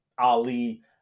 Ali